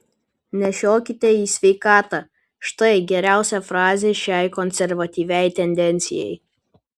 nešiokite į sveikatą štai geriausia frazė šiai konservatyviai tendencijai